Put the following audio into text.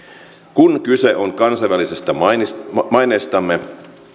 kun on kyse kansainvälisestä maineestamme maineestamme